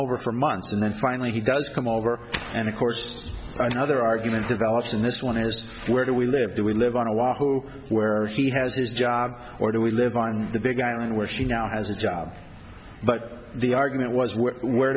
over for months and then finally he does come over and of course another argument develops in this one is where do we live do we live on a walk where he has his job or do we live on the big island where he now has a job but the argument was where